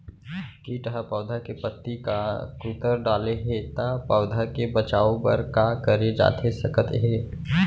किट ह पौधा के पत्ती का कुतर डाले हे ता पौधा के बचाओ बर का करे जाथे सकत हे?